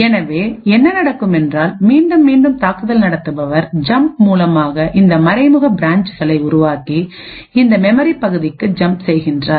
எனவே இங்கு என்ன நடக்கும் என்றால் மீண்டும் மீண்டும் தாக்குதல் நடத்துபவர் ஜம்ப் மூலமாக இந்த மறைமுக பிரான்ச்சுகளைஉருவாக்கி இந்த மெமரி பகுதிக்கு ஜம் செய்கின்றார்